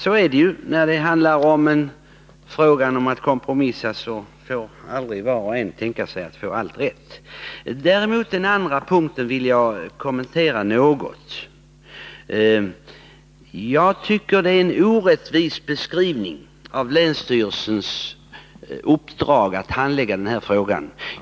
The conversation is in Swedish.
Så är det ju när det handlar om att kompromissa. Då kan aldrig var och en tänka sig att få all rätt. Jag tycker att Arne Andersson ger en orättvis beskrivning av länsstyrelsens uppdrag att handlägga den här frågan.